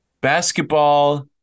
Basketball